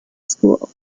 school